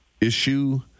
issue